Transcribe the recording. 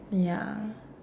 ya